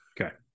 Okay